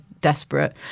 desperate